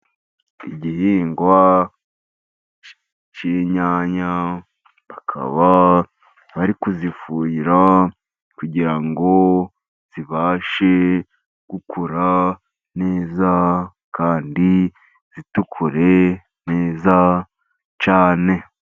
Igihingwa cy'inyanya, bakaba bari kuzifuhira kugira ngo zibashe gukura neza, kandi zitukure neza cyane.